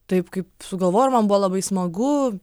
taip kaip sugalvoju ir man buvo labai smagu